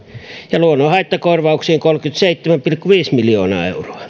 ja luonnonhaittakorvauksiin kolmekymmentäseitsemän pilkku viisi miljoonaa euroa